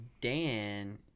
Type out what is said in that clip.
Dan